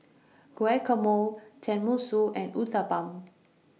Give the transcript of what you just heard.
Guacamole Tenmusu and Uthapam